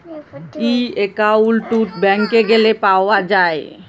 ই account ব্যাংকে গ্যালে পাউয়া যায়